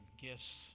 gifts